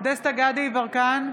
דסטה גדי יברקן,